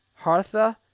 Hartha